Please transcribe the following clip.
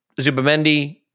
Zubamendi